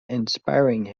inspiring